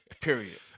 Period